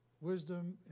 wisdom